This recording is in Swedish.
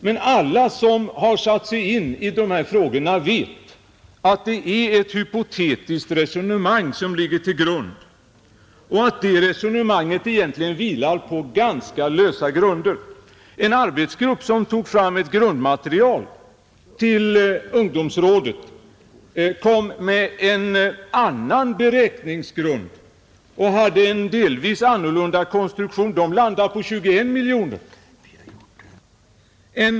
Men alla som har satt sig in i dessa frågor vet, att det är ett hypotetiskt resonemang som ligger till grund för detta och att det resonemanget egentligen vilar på ganska lösa grunder. Den arbetsgrupp som tog fram ett grundmaterial till ungdomsrådet använde en delvis annan konstruktion för beräkningarna och landade då på 21 miljoner.